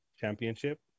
Championship